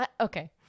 okay